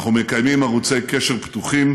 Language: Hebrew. אנחנו מקיימים ערוצי קשר פתוחים,